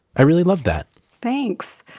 i really loved that thanks.